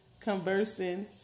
conversing